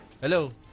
Hello